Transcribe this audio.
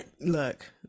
look